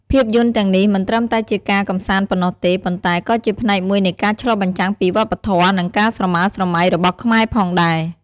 ភាពយន្តទាំងនេះមិនត្រឹមតែជាការកម្សាន្តប៉ុណ្ណោះទេ ប៉ុន្តែក៏ជាផ្នែកមួយនៃការឆ្លុះបញ្ចាំងពីវប្បធម៌ និងការស្រមើលស្រមៃរបស់ខ្មែរផងដែរ។